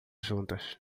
juntas